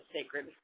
sacred